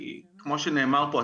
כי כמו שנאמר פה,